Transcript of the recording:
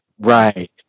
Right